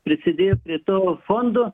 prisidėjo prie to fondo